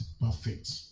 perfect